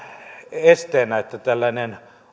esteenä että tällainen